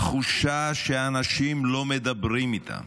התחושה שאנשים לא מדברים איתם,